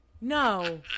No